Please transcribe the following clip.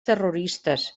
terroristes